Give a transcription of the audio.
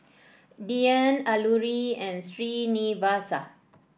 Dhyan Alluri and Srinivasa